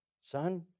son